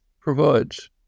provides